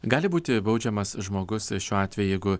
gali būti baudžiamas žmogus šiuo atveju jeigu